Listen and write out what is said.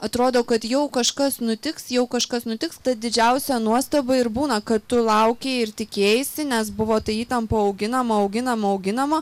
atrodo kad jau kažkas nutiks jau kažkas nutiks ta didžiausia nuostaba ir būna kad tu laukei ir tikėjaisi nes buvo ta įtampa auginama auginama auginama